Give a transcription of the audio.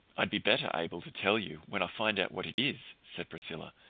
i'll be better able to tell you when i find out what it is, said priscilla,